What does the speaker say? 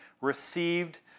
received